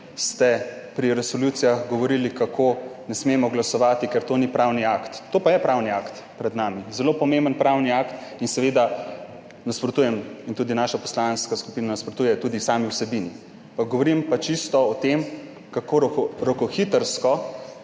ste pri resolucijah govorili, kako ne smemo glasovati, ker to ni pravni akt, to pa je pravni akt, pred nami, zelo pomemben pravni akt in seveda nasprotujem in tudi naša poslanska skupina nasprotuje tudi sami vsebini. Govorim pa čisto o tem, kako rokohitrsko